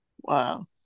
wow